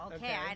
Okay